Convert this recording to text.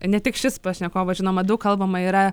ne tik šis pašnekovas žinoma daug kalbama yra